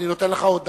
אני נותן לך עוד דקה.